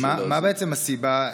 מה בעצם הסיבה,